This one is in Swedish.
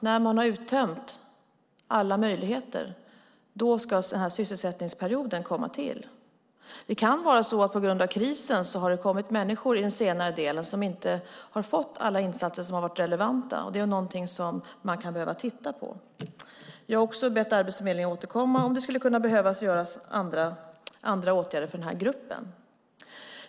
När man har uttömt alla möjligheter ska sysselsättningsperioden komma till. Det kan vara så att det på grund av krisen har kommit människor i den senare delen som inte har fått alla insatser som varit relevanta, och det är någonting man kan behöva titta på. Jag har också bett Arbetsförmedlingen återkomma om det skulle behöva göras andra åtgärder för denna grupp.